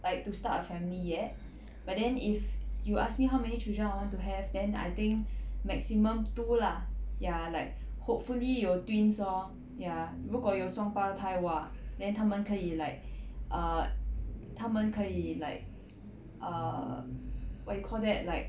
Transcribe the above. like to start a family yet but then if you ask me how many children I want to have then I think maximum two lah ya like hopefully 有 twins lor ya 如果有双胞胎 !wah! then 他们可以 like err 他们可以 like err what you call that like